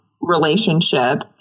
relationship